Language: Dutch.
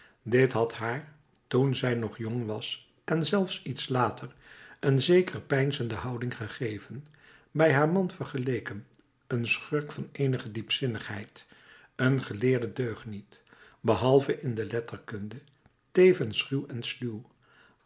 dit had haar toen zij nog jong was en zelfs iets later een zekere peinzende houding gegeven bij haar man vergeleken een schurk van eenige diepzinnigheid een geleerde deugniet behalve in de letterkunde tevens ruw en sluw